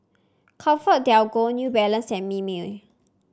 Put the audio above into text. ComfortDelGro New Balance and Mimeo